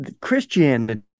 Christianity